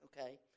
Okay